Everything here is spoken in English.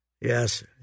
yes